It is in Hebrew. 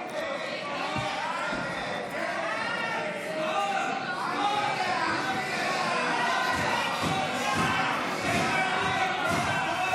ההצעה להעביר לוועדה את הצעת חוק החלת הריבונות הישראלית על בקעת